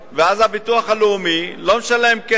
ואז הביטוח הלאומי לא משלם כסף,